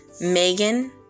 megan